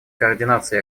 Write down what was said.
координации